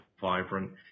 vibrant